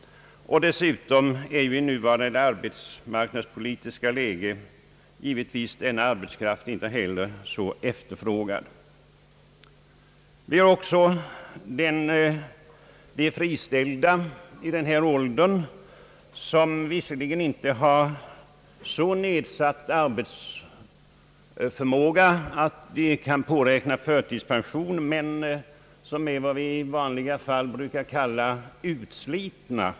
Dessutom är det nuvarande arbetsmarknadspolitiska läget givetvis sådant att denna arbetskraft inte heller är så efterfrågad. Samma sak gäller också den friställda arbetskraft som är över 60 år och som inte har så nedsatt arbetsförmåga att de kan påräkna förtidspension, men är vad vi brukar kalla utslitna.